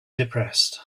depressed